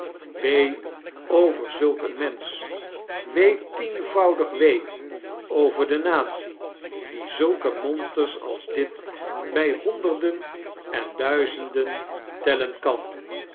wee over zulk een mensch wee tdenvoudig wee over de natie die zulke monsters als dit bij honderden en duizenden tellen kan